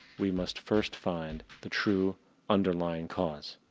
we must first find, the true underlying cause.